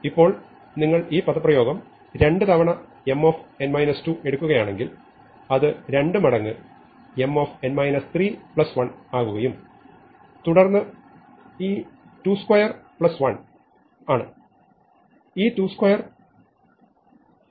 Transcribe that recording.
ഇപ്പോൾ നിങ്ങൾ ഈ പദപ്രയോഗം 2 തവണ M എടുക്കുകയാണെങ്കിൽ അത് 2 മടങ്ങ് M 1 ആകുകയും തുടർന്ന് ഈ 22 1 ആണ് ഈ 22 ഓർക്കുക 4